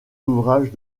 ouvrages